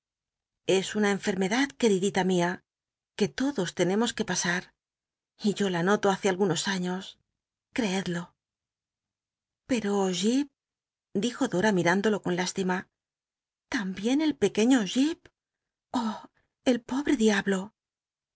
es una enfermedad queridila mía que lodos tenemos que pasar y yo la noto hace algunos ños ci'cedlo pero ji p dijo dora mirándolo con histima tambien el pequeño jip oh el pobtc diablo